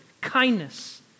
kindness